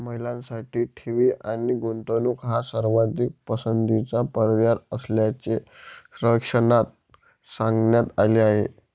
महिलांसाठी ठेवी आणि गुंतवणूक हा सर्वाधिक पसंतीचा पर्याय असल्याचे सर्वेक्षणात सांगण्यात आले आहे